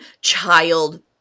child